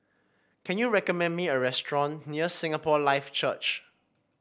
can you recommend me a restaurant near Singapore Life Church